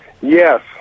Yes